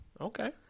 Okay